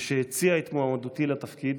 כשהציע את מועמדותי לתפקיד,